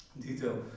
detail